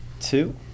two